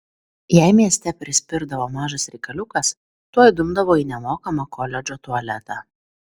jei mieste prispirdavo mažas reikaliukas tuoj dumdavo į nemokamą koledžo tualetą